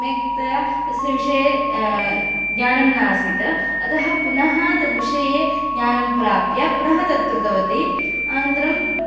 सम्यक्तया तस्य विषये ज्ञानं न आसीत् अतः पुनः तद्विषये ज्ञानं प्राप्य पुनः तत्कृतवती अनन्तरं